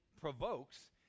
provokes